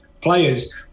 players